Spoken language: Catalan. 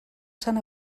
sant